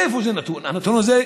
איפה זה נתון, הנתון הזה?